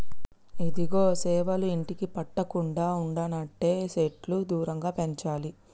ఇదిగో సేవలు ఇంటికి పట్టకుండా ఉండనంటే సెట్లు దూరంగా పెంచాలి